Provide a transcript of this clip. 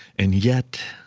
and yet